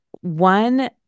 one